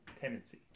tendency